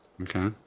okay